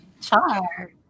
Char